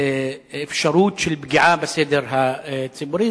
שום אפשרות של פגיעה בסדר הציבורי.